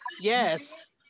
Yes